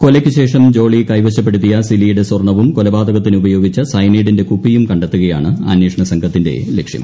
കൊലയ്ക്ക് ശേഷം ജോളി കൈവശപ്പെടുത്തിയ സിലിയുടെ സ്വർണവും കൊലപാതകത്തിന് ഉപയോഗിച്ച സയനൈഡിന്റെ കുപ്പിയും കണ്ടെത്തുകയാണ് അന്വേഷണ സംഘത്തിന്റെ ലക്ഷ്യം